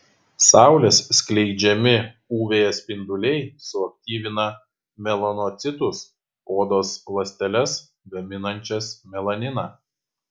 saulės skleidžiami uv spinduliai suaktyvina melanocitus odos ląsteles gaminančias melaniną